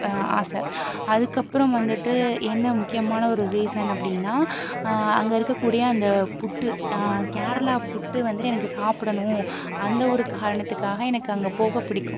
ஆசை அதுக்கு அப்புறம் வந்துட்டு என்ன முக்கியமான ஒரு ரீசன் அப்படினா அங்கே இருக்கக்கூடிய அந்த புட்டு கேரளா புட்டு வந்துட்டு எனக்கு சாப்பிடணும் அந்த ஒரு காரணத்துக்காக எனக்கு அங்கே போக பிடிக்கும்